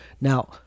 Now